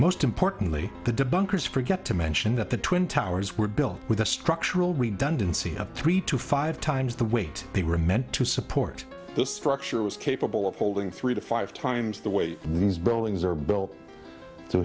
most importantly the debunkers forget to mention that the twin towers were built with the structural redundancy of three to five times the weight they were meant to support the structure was capable of holding three to five times the way these buildings are built to